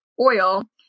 oil